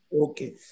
Okay